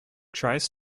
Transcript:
tries